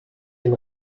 dem